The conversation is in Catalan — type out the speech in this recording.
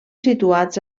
situats